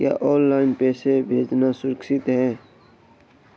क्या ऑनलाइन पैसे भेजना सुरक्षित है?